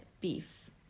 beef